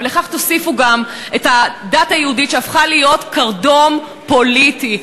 ולכך תוסיפו גם את הדת היהודית שהפכה להיות קרדום פוליטי.